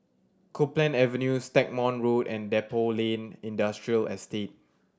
Copeland Avenue Stagmont Road and Depot Lane Industrial Estate